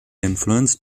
influenced